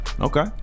Okay